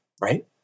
right